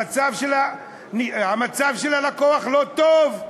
המצב של הלקוח לא טוב,